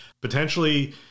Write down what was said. potentially